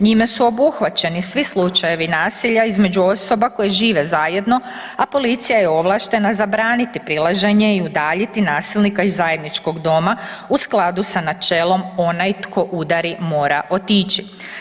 Njime su obuhvaćeni svi slučajevi nasilja između osoba koje žive zajedno, a policija je ovlaštena zabraniti prilaženje i udaljiti nasilnika iz zajedničkog doma u skladu sa načelom, onaj tko udari, mora otići.